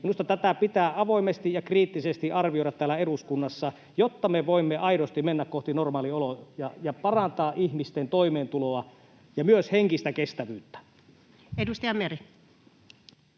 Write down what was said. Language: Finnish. Minusta tätä pitää avoimesti ja kriittisesti arvioida täällä eduskunnassa, jotta me voimme aidosti mennä kohti normaalioloja ja parantaa ihmisten toimeentuloa ja myös henkistä kestävyyttä. [Speech